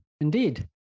Indeed